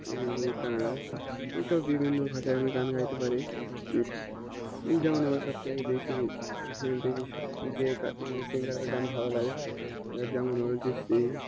হিন্দি কানাড়া এই সব বিভিন্ন ভাষায় আমি গান গাইতে পারি যেমন আমার সবথেকে বেশি বেশি যে কা সিঙ্গারের গান ভালো লাগে যেমন অরিজিৎ সিং